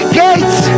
gates